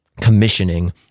commissioning